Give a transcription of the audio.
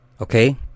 Okay